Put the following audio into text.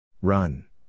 Run